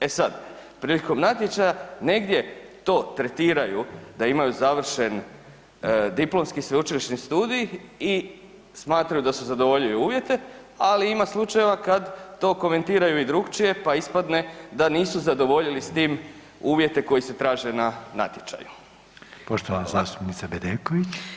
E sad, prilikom natječaja negdje to tretiraju da imaju završen diplomski sveučilišni studij i smatraju da su zadovoljili uvjete ali ima slučajeva kad to komentiraju i drukčije pa ispadne da nisu zadovoljili s tim uvjete koji se traže na natječaju.